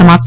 समाप्त